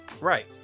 right